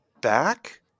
back